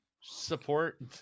support